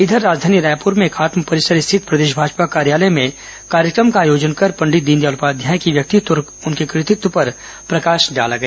इधर राजधानी रायपूर में एकात्म परिसर स्थित प्रदेश भाजपा कार्यालय में कार्यक्रम का आयोजन कर पंडित दीनदयाल उपध्याय के व्यक्तित्व और उनके कार्यों पर प्रकाश डाला गया